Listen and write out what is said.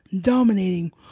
dominating